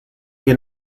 que